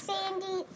Sandy